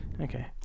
Okay